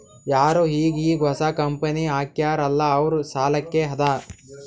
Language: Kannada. ಯಾರು ಈಗ್ ಈಗ್ ಹೊಸಾ ಕಂಪನಿ ಹಾಕ್ಯಾರ್ ಅಲ್ಲಾ ಅವ್ರ ಸಲ್ಲಾಕೆ ಅದಾ